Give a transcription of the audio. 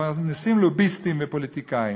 ומפרנסים לוביסטים ופוליטיקאים,